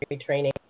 training